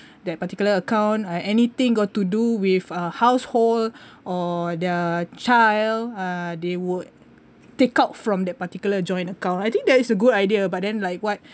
that particular account uh anything got to do with uh household or their child ah they would take out from that particular joint account I think that is a good idea but then like what